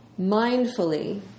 mindfully